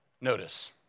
Notice